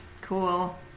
cool